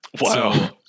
Wow